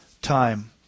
time